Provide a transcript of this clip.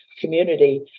community